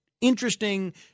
interesting